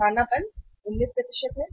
स्थानापन्न 19 है